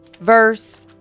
Verse